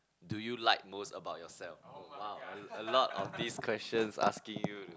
do you like most about yourself oh !wow! a lot of this question asking you